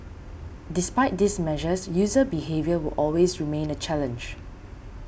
despite these measures user behaviour will always remain a challenge